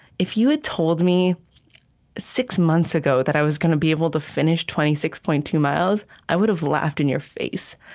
if you had told me six months ago that i was going to be able to finish twenty six point two miles, i would have laughed in your face.